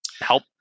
help